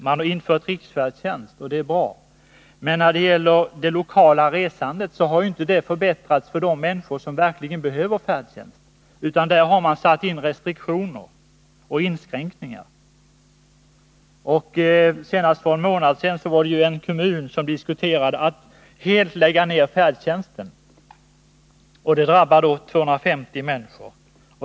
Man har infört riksfärdtjänst, och det är bra. Men det lokala resandet har inte förbättrats för de människor som verkligen behöver färdtjänsten. Där har man satt in restriktioner och inskränkningar. Senast för en månad sedan diskuterade en kommun att helt lägga ned färdtjänsten. Det skulle drabba 250 människor.